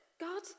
God